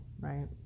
right